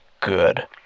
good